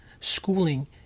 schooling